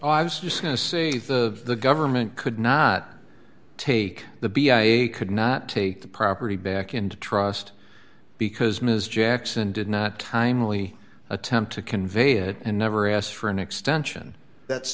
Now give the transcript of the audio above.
it i was just going to say the government could not take the b i could not take the property back into trust because ms jackson did not timely attempt to convey it and never asked for an extension that's